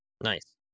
Nice